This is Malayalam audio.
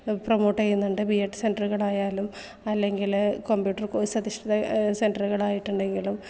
പ്രമോട്ട് ചെയ്യുന്നുണ്ട് ബിഎഡ് സെൻ്ററുകളായാലും അല്ലെങ്കിൽ കമ്പ്യൂട്ടർ കോർസ് അധിഷ്ഠിത സെൻ്ററുകളായിട്ടുണ്ടെങ്കിലും